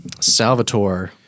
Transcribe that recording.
Salvatore